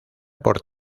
por